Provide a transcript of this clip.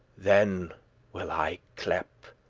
then will i clepe,